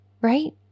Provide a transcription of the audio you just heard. Right